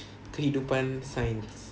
kehidupan science